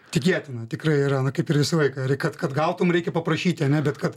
tikėtina tikrai yra na kaip ir visą laiką kad kad gautum reikia paprašyti a ne bet kad